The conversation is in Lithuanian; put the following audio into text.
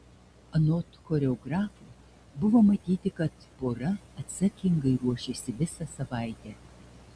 anot choreografo buvo matyti kad pora atsakingai ruošėsi visą savaitę